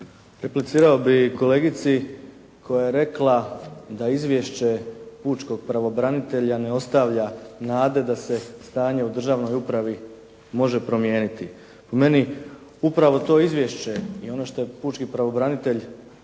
Replicirao bih kolegici koja je rekla da izvješće pučkog pravobranitelja ne ostavlja nade da se stanje u državnoj upravi može promijeniti. Meni upravo to izvješće i ono što je pučki pravobranitelj